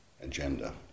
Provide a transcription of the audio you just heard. agenda